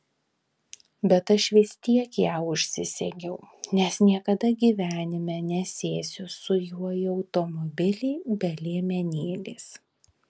bet aš vis tiek ją užsisegiau nes niekada gyvenime nesėsiu su juo į automobilį be liemenėlės